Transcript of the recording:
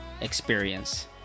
experience